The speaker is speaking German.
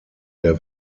der